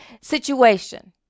situation